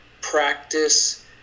practice